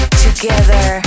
together